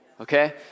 okay